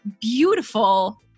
beautiful